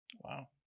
wow